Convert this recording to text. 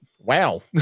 wow